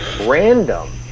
random